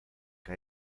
que